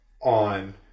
on